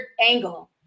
angle